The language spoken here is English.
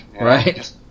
Right